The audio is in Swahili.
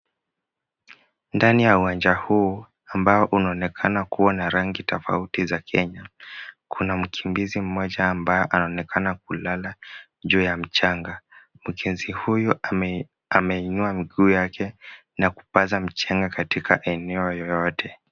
Ndani ya uwanja huu ambao unaonekana kuwa na rangi tofauti za Kenya, kuna mkimbizi mmoja ambaye anaonekana kulala juu ya mchanga. Mkimbizi huyu ameinua miguu yake na kupaza mchanga katika eneo yoyote.